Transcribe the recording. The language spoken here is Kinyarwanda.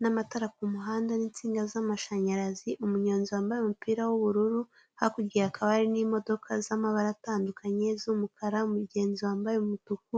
n'amatara kumuhanda n'insinga z'amashanyarazi, umunyonzi wambaye umupira w'ubururu hakurya hakaba hari n'imodoka z'amabara atandukanye z'umukara, umugenzi wambaye umutuku